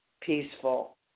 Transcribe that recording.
peaceful